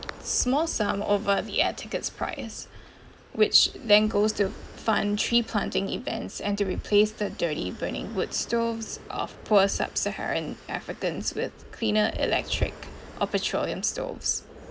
small sum over the air tickets price which then goes to fund tree planting events and to replace the dirty burning wood stoves of poor sub-saharan africans with cleaner electric or petroleum stoves